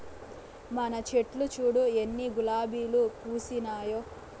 మన చెట్లు చూడు ఎన్ని గులాబీలు పూసినాయో